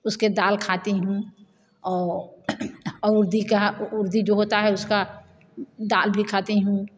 उसके दाल खाती हूँ और उड़दी का उड़दी जो होता है उसका दाल भी खाती हूँ